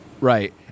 Right